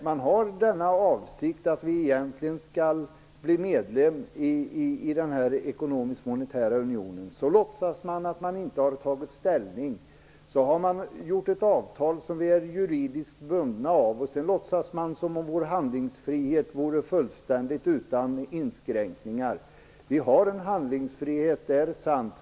Man har denna avsikt att Sverige egentligen skall bli medlem i den ekonomiska och monetära unionen. Sedan låtsas man att man inte har tagit ställning. Därefter ingår man ett avtal som vi är juridiskt bundna av. Sedan låtsas man som om vår handlingsfrihet vore fullständigt utan inskränkningar. Vi har en handlingsfrihet. Det är sant.